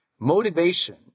Motivation